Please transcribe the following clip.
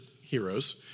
heroes